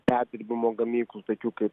perdirbimo gamyklų tokių kaip